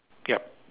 yup